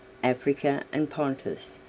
africa and pontus,